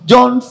John